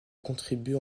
contribuent